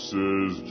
Says